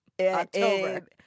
October